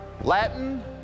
Latin